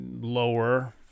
lower